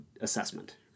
assessment